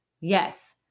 Yes